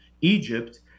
Egypt